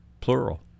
plural